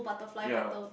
ya